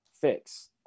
fix